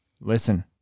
Listen